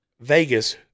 Vegas